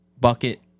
bucket